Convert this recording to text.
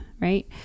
Right